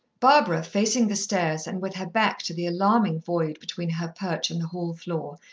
barbara, facing the stairs, and with her back to the alarming void between her perch and the hall-floor,